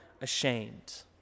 ashamed